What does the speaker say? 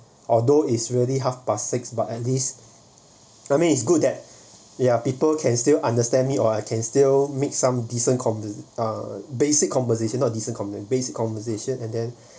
although is really half past six but at least I mean it's good that they are people can still understand me or I can still make some decent basic uh basic conversation not decent conversation basic conversation and then